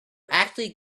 actually